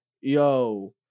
yo